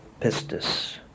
pistis